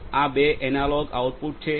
આ બે analogue output છે